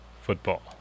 football